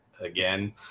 again